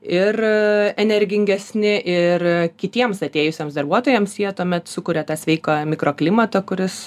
ir energingesni ir kitiems atėjusiems darbuotojams jie tuomet sukuria tą sveiką mikroklimatą kuris